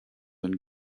and